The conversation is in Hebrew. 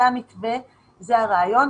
זה המתווה, זה הרעיון.